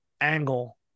angle